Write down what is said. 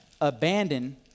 abandon